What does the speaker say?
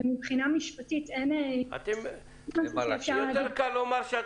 ומבחינה משפטית אין משהו שאפשר --- יותר קל לומר שאת